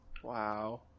Wow